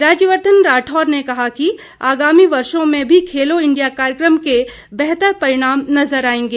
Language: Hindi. राज्यवर्धन राठौर ने कहा कि आगामी वर्षो में भी खेलो इंडिया कार्यक्रम के बेहतर परिणाम नजर आएंगे